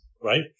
right